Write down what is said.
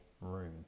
room